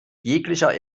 jeglicher